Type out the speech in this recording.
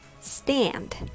STAND